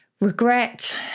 regret